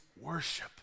worship